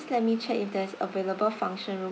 let me check if there's available function room